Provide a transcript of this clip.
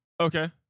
Okay